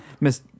Miss